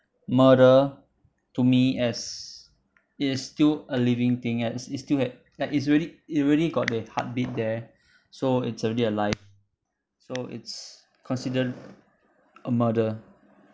murder to me as it is still a living thing as it still had like it's already it already got the heartbeat there so it's already alive so it's considered a murder